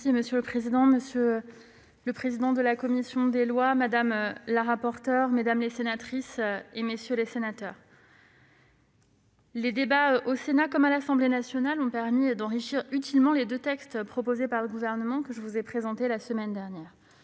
Monsieur le président, monsieur le président de la commission des lois, madame la rapporteure, mesdames les sénatrices, messieurs les sénateurs, les débats tant au Sénat qu'à l'Assemblée nationale ont permis d'enrichir utilement les deux textes proposés par le Gouvernement que je vous ai présentés la semaine dernière.